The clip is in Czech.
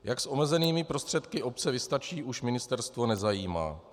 Jak s omezenými prostředky obce vystačí, už ministerstvo nezajímá.